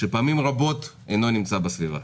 שפעמים רבות אינו נמצא בסביבה.